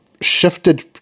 shifted